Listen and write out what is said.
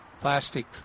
plastic